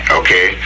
okay